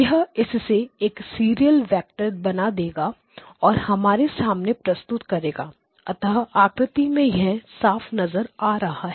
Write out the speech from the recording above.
यह इससे एक सीरियल वेक्टर बना देगा और हमारे सामने प्रस्तुत करेगा अतः आकृति में यह साफ नजर आ रहा है